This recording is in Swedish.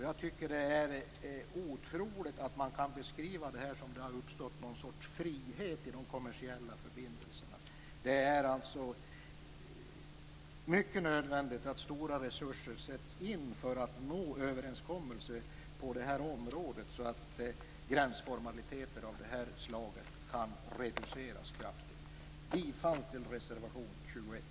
Jag tycker att det är otroligt att man kan beskriva det här som att det har uppstått någon sorts frihet i de kommersiella förbindelserna. Det är helt nödvändigt att stora resurser sätts in för att nå överenskommelser på det här området, så att gränsformaliteter av det här slaget kraftigt kan reduceras. Jag yrkar bifall till reservation 21.